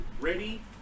ready